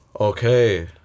Okay